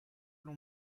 l’on